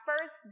first